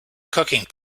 cooking